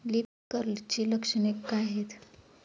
Leaf कर्लची लक्षणे काय आहेत?